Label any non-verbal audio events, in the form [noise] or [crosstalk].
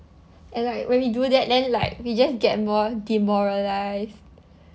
and like when we do that then like we just get more demoralised [breath]